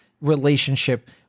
relationship